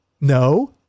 No